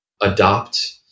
adopt